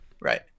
Right